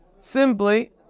simply